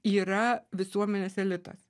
yra visuomenės elitas